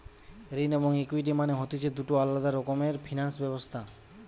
ঋণ এবং ইকুইটি মানে হতিছে দুটো আলাদা রকমের ফিনান্স ব্যবস্থা